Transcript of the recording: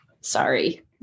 Sorry